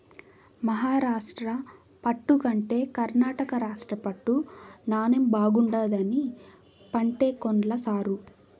మహారాష్ట్ర పట్టు కంటే కర్ణాటక రాష్ట్ర పట్టు నాణ్ణెం బాగుండాదని పంటే కొన్ల సారూ